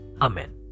Amen